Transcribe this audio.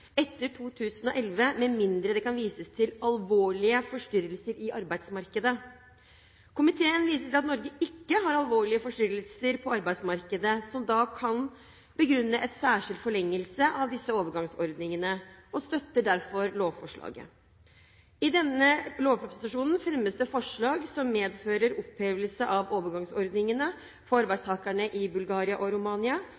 etter 2011 med mindre det kan vises til «alvorlige forstyrrelser i arbeidsmarkedet». Komiteen viser til at Norge ikke har alvorlige forstyrrelser på arbeidsmarkedet som kan begrunne en særskilt forlengelse av disse overgangsordingene, og støtter derfor lovforslaget. I denne lovproposisjonen fremmes det forslag som medfører opphevelse av overgangsordningene for